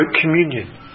communion